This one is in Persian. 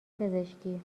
پزشکی